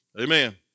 Amen